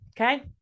okay